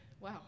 wow